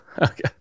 Okay